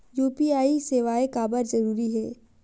UPI सेवाएं काबर जरूरी हे?